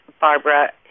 Barbara